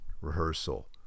rehearsal